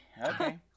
okay